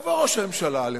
שיבוא ראש הממשלה לפה,